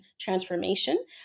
transformation